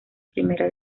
primera